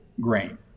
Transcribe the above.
grain